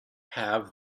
have